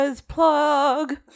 plug